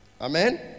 Amen